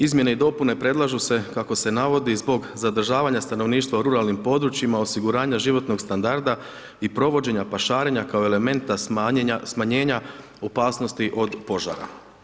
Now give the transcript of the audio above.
Izmjene i dopune predlažu se, kako se navodi, zbog zadržavanja stanovništava u ruralnim područjima, osiguranja životnog standarda i provođenja pašarenja kao elementa smanjenja opasnosti od požara.